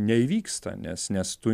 neįvyksta nes nes tu